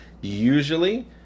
Usually